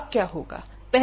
अब क्या होगा